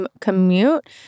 Commute